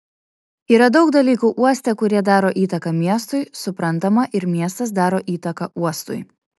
yra daug dalykų uoste kurie daro įtaką miestui suprantama ir miestas daro įtaką uostui